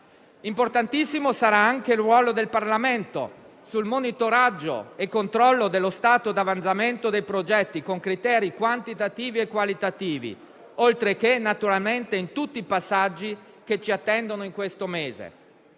Importantissimo sarà anche il ruolo del Parlamento sul monitoraggio e sul controllo dello stato di avanzamento dei progetti con criteri quantitativi e qualitativi, oltre che naturalmente in tutti i passaggi che ci attendono in questo mese.